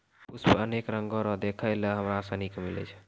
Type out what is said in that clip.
पुष्प अनेक रंगो रो देखै लै हमरा सनी के मिलै छै